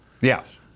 Yes